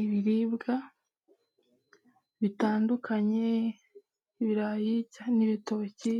ibiribwa bitandukanye ibirayi cyane ibitoki.